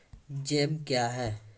Jam क्या हैं?